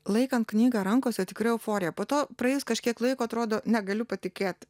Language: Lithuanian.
laikant knygą rankose tikrai euforija po to praėjus kažkiek laiko atrodo negaliu patikėti